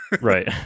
Right